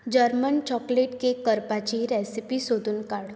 German chocolate cake करपाची recipe सोदून काड